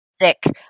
sick